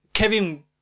Kevin